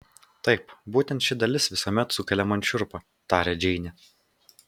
taip būtent ši dalis visuomet sukelia man šiurpą tarė džeinė